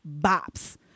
bops